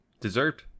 deserved